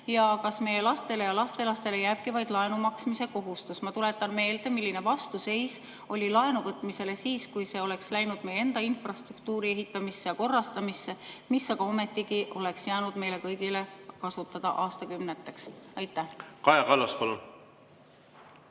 Kas meie lastele ja lastelastele jääbki vaid laenumaksmise kohustus? Ma tuletan meelde, milline vastuseis oli laenuvõtmisele siis, kui laen oleks läinud meie enda infrastruktuuri ehitamisse ja korrastamisse, ometigi oleks see jäänud aastakümneteks meile kõigile kasutada.